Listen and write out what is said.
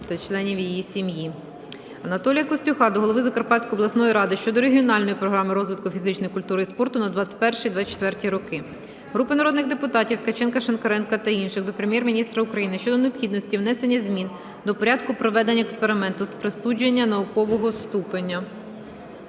Анатолія Костюха до голови Закарпатської обласної ради щодо Регіональної програми розвитку фізичної культури і спорту на 2021-2024 роки. Групи народних депутатів (Ткаченка, Шинкаренка та інших) до Прем'єр-міністра України щодо необхідності внесення змін до Порядку проведення експерименту з присудження наукового ступеня.